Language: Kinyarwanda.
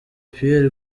pierre